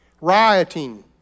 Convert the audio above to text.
rioting